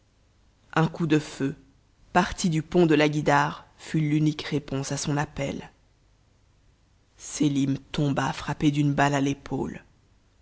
un coup de feu parti du pont de la guïdare fut l'unique réponse à son appel sélim tomba frappé d'une balle à l'épaule